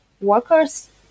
workers